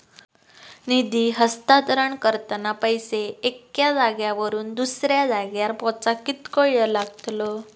निधी हस्तांतरण करताना पैसे एक्या जाग्यावरून दुसऱ्या जाग्यार पोचाक कितको वेळ लागतलो?